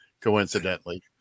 coincidentally